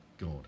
god